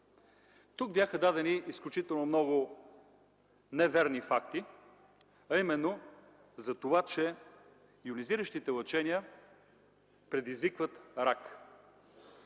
Тук бяха дадени изключително много неверни факти, а именно за това, че йонизиращите лъчения предизвикват рак.